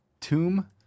Tomb